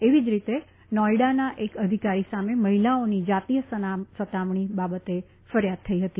એવી જ રીતે નોઇડાના એક અધિકારી સામે મહિલાઓની જાતીય સતામણી બાબતે ફરિયાદ થઇ હતી